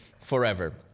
forever